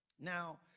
Now